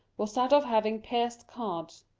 was that of having pierced cards,